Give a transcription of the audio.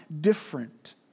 different